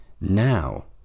now